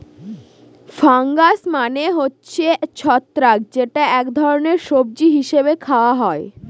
fungus মানে হচ্ছে ছত্রাক যেটা এক ধরনের সবজি হিসেবে খাওয়া হয়